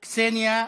קסניה,